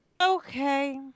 Okay